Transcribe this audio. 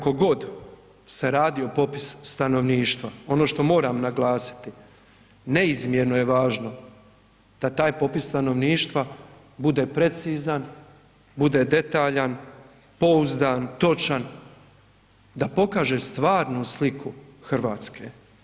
Kako god se radio popis stanovništva ono što moram naglasiti, neizmjerno je važno da taj popis stanovništva bude precizan, bude detaljan, pouzdan, točan da pokaže stvarnu sliku Hrvatske.